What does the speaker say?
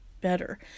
better